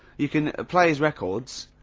you can ah play his records,